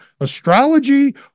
astrology